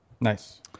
nice